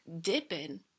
dipping